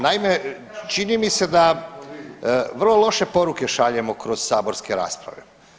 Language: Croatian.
Naime, čini mi se da vrlo loše poruke šaljemo kroz saborske rasprave.